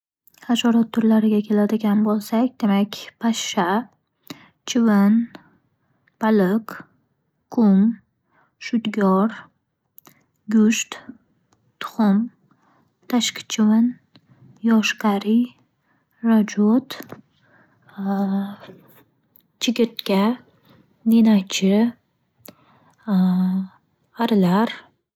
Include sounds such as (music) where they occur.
Hasharot turlariga keladigan bo'lsak, demak: pashsha, chivin, baliq, qum, shudgor, go'sht, tuxum, tashqi chivin, yoshqari, rajot, chigirtka, ninachi (hesitation) arilar.